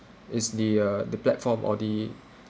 is the uh the platform or the